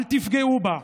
אל תפגעו בה.